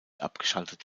abgeschaltet